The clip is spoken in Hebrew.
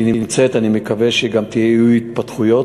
היא נמצאת, אני מקווה שגם יהיו התפתחויות,